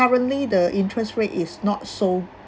currently the interest rate is not so